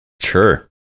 sure